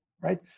right